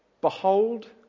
Behold